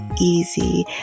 easy